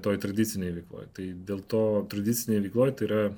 toj tradicinėj veikloj tai dėl to tradiciniai veikloj tai yra